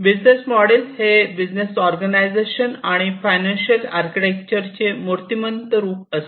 business model हे बिझनेसच्या organisation आणि फायनान्शिअल आर्किटेक्चर चे मुर्तिमंत रूप असते